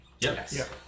Yes